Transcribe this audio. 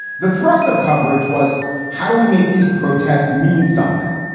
the thrust of coverage was how do we make these protests mean something?